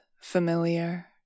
familiar